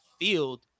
field